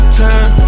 time